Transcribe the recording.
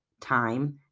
time